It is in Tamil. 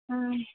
ம்